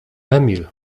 emil